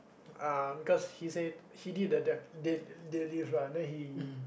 um cause he said he did the dai~ dai~ daily run then he